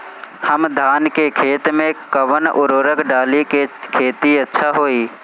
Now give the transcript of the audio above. हम धान के खेत में कवन उर्वरक डाली कि खेती अच्छा होई?